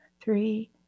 three